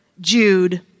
Jude